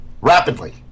rapidly